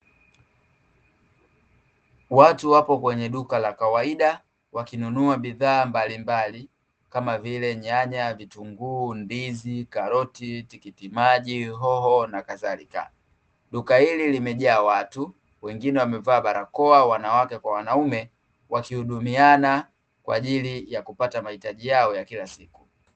Watu wapo kwenye duka la kawaida, wakinunua bidhaa mbalimbali kama vile; nyanya, vitunguu, ndizi, karoti, tikiti maji, hoho nakadhalika, duka hili limejaa watu. Wengine wamevaa barakoa, wanawake kwa wanaume wakihudumiana kwa ajili ya kupata mahitaji yao ya kila siku.